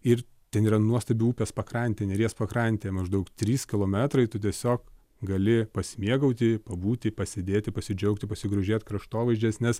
ir ten yra nuostabi upės pakrantė neries pakrantė maždaug trys kilometrai tu tiesiog gali pasimėgauti pabūti pasėdėti pasidžiaugti pasigrožėt kraštovaizdžiais nes